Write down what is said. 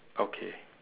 okay